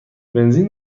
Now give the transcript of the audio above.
بنزین